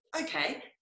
okay